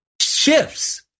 shifts